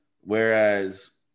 Whereas